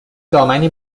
دامنی